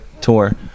tour